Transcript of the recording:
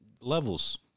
Levels